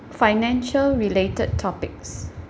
financial related topics